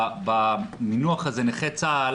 במינוח הזה נכה צה"ל